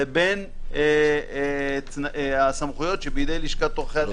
לבין הסמכויות שבידי לשכת עורכי הדין,